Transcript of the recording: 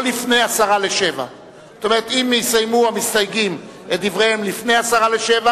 אם יסיימו המסתייגים את דבריהם לפני 18:50